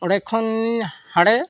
ᱚᱸᱰᱮ ᱠᱷᱚᱱ ᱦᱟᱸᱰᱮ